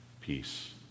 peace